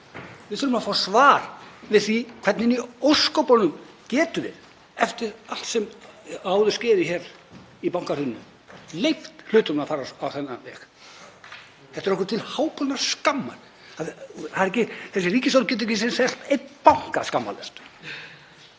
Við þurfum að fá svar við því. Hvernig í ósköpunum getum við, eftir allt sem áður skeði í bankahruninu, leyft hlutum að fara á þennan veg? Þetta er okkur til háborinnar skammar. Þessi ríkisstjórn getur ekki selt einn banka skammlaust.